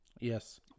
Yes